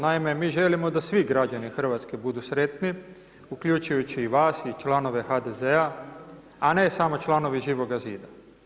Naime, mi želimo da svi građani RH budu sretni, uključujući i vas i članove HDZ-a, a ne samo članovi Živoga Zida.